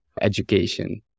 education